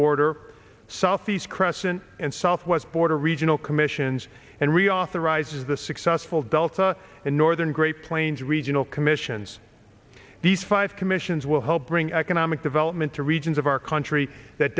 border southeast crescent and southwest border regional commissions and reauthorize the successful delta in northern great plains regional commissions these five commissions will help bring economic development to regions of our country that